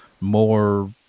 more